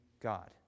God